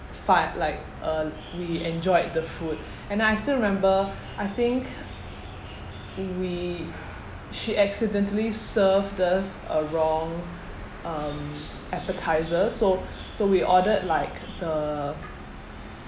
fi~ like uh we enjoyed the food and I still remember I think we she accidentally served us a wrong um appetisers so so we ordered like the